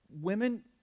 women